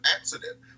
accident